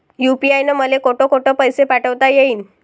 UPI न मले कोठ कोठ पैसे पाठवता येईन?